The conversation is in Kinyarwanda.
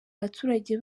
baturage